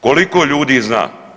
Koliko ljudi zna?